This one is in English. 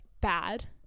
bad